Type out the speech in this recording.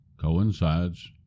coincides